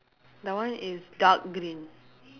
that one is dark green